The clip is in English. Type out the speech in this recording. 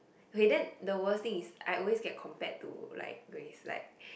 okay then the worse thing is I always get compared to like Grace like